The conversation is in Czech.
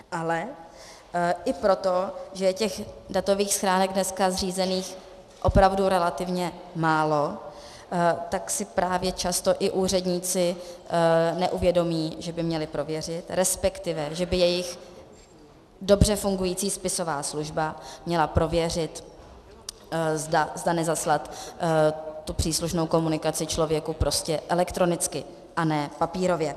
Ale i proto, že je těch datových schránek dneska zřízených opravdu relativně málo, tak si právě často i úředníci neuvědomí, že by měli prověřit, resp. že by jejich dobře fungující spisová služba měla prověřit, zda nezasílat příslušnou komunikaci člověku prostě elektronicky a ne papírově.